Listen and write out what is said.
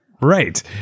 Right